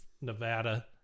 Nevada